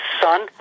son